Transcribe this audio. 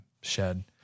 shed